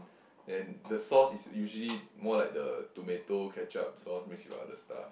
and the sauce is usually more like the tomato ketchup sauce mixed with other stuff